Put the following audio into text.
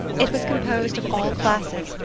it was composed of all classes,